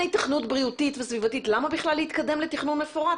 --- בריאותית וסביבתית למה בכלל להתקדם לתכנון מפורט,